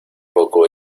poco